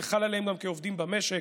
זה חל עליהם גם כעובדים במשק,